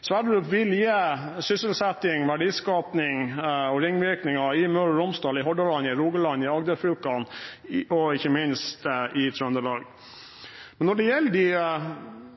Sverdrup vil gi sysselsetting, verdiskaping og ringvirkninger i Møre og Romsdal, i Hordaland, i Rogaland, i Agderfylkene og ikke minst i Trøndelag. Når det gjelder